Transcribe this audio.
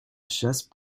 chasse